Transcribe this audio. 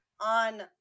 on